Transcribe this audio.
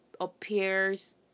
appears